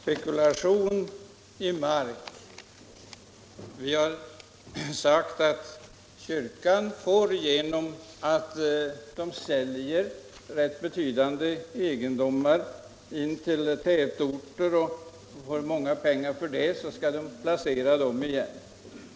Herr talman! Vi har sagt att när kyrkan säljer rätt betydande egendomar intill tätorter får den in stora summor som den då har att på nytt placera.